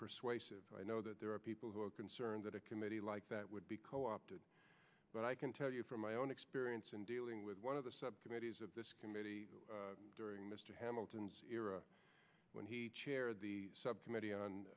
persuasive i know that there are people who are concerned that a committee like that would be co opted but i can tell you from my own experience in dealing with one of the subcommittees of this committee during mr hamilton's era when he chaired the subcommittee on